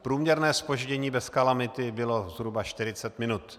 Průměrné zpoždění bez kalamity bylo zhruba 40 minut.